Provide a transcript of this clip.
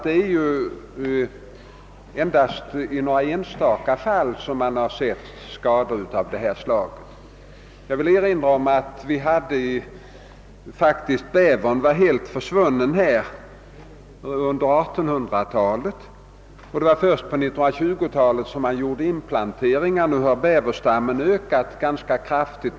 Det är väl endast i några enstaka fall som man sett skador av detta slag. Jag vill erinra om att bävern faktiskt var helt försvunnen hos oss under 1800-talet och att det var först på 1920-talet som man gjorde inplanteringar. Nu har bäverstammen ökat ganska kraftigt.